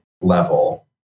level